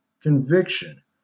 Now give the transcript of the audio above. conviction